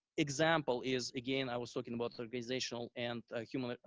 example is again i was talking about organizational and human